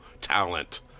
talent